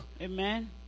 Amen